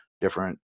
different